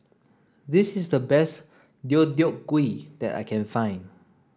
this is the best Deodeok Gui that I can find